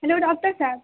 hello doctor Sahib